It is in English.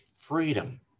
freedom